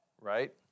right